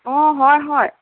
অঁ হয় হয়